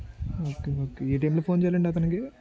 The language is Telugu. ఓకే ఓకే ఏ టైమ్లో ఫోన్ చేయాలి అండి అతనికి